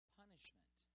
punishment